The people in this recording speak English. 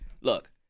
look